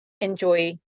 enjoy